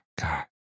God